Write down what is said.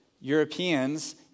Europeans